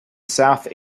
south